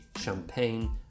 champagne